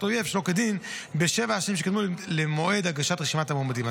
אויב שלא כדין בשבע השנים שקדמו למועד הגשת רשימת המועמדים.